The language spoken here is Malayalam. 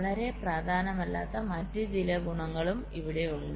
വളരെ പ്രധാനമല്ലാത്ത മറ്റ് ചില ഗുണങ്ങളും ഇവിടെയുണ്ട്